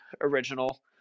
original